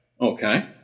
Okay